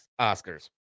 Oscars